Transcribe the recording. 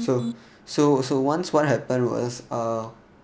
so so so once what happened was uh